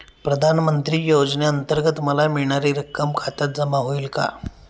प्रधानमंत्री योजनेअंतर्गत मला मिळणारी रक्कम खात्यात जमा होईल का?